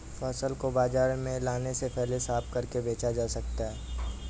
फसल को बाजार में लाने से पहले साफ करके बेचा जा सकता है?